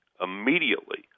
immediately